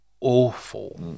awful